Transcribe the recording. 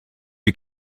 you